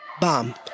Bomb